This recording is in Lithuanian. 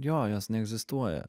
jo jos neegzistuoja